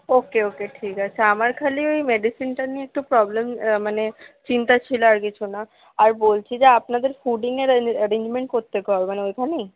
ওকে okay ঠিক আছে আমার খালি ওই মেডিসিনটা নিয়ে একটু প্রবলেম মানে চিন্তা ছিল আর কিছু না আর বলছি যে আপনাদের ফুডিংয়ের অ্যারেঞ্জমেন্ট কোত্থেকে হবে ওইখানেই